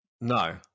No